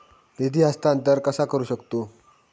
निधी हस्तांतर कसा करू शकतू?